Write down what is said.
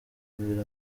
imbere